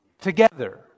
Together